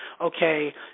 okay